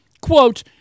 Quote